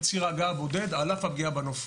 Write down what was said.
ציר ההגעה הבודד על אף הפגיעה בנוף.